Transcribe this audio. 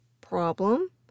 problem